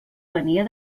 venia